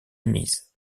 mise